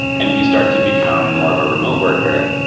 and if you start to become more of a remote worker,